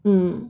mm